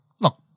look